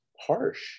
harsh